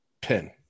pin